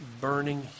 burning